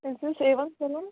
is this a one salon